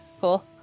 cool